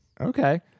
Okay